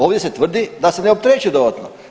Ovdje se tvrdi da se ne opterećuje dodatno.